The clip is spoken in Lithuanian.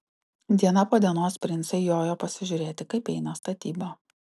diena po dienos princai jojo pasižiūrėti kaip eina statyba